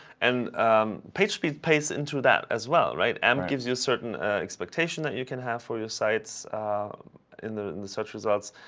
and page speed pastes into that as well. right? amp gives you a certain expectation that you can have for your sites in such results.